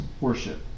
worship